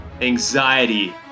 anxiety